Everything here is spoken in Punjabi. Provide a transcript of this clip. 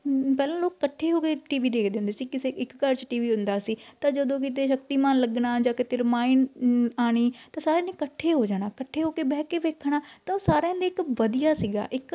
ਪਹਿਲਾਂ ਲੋਕ ਇਕੱਠੇ ਹੋ ਕੇ ਟੀ ਵੀ ਦੇਖਦੇ ਹੁੰਦੇ ਸੀ ਕਿਸੇ ਇੱਕ ਘਰ 'ਚ ਟੀ ਵੀ ਹੁੰਦਾ ਸੀ ਤਾਂ ਜਦੋਂ ਕਿਤੇ ਸ਼ਕਤੀਮਾਨ ਲੱਗਣਾ ਜਾਂ ਕਿਤੇ ਰਮਾਇਣ ਆਉਣੀ ਤਾਂ ਸਾਰਿਆਂ ਨੇ ਇਕੱਠੇ ਹੋ ਜਾਣਾ ਇਕੱਠੇ ਹੋ ਕੇ ਬਹਿ ਕੇ ਵੇਖਣਾ ਤਾਂ ਉਹ ਸਾਰਿਆਂ ਲਈ ਇੱਕ ਵਧੀਆ ਸੀਗਾ ਇੱਕ